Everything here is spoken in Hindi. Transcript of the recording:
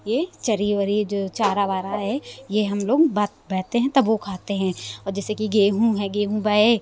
ये चरी वरी जो चारा वारा है ये हम लोग बा बैते हैं तब वो लोग खाते हैं और जैसे कि गेहूं हैं गेहूं बये